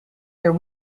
there